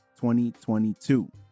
2022